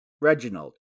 Reginald